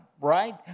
right